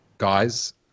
Guys